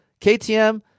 KTM